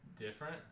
different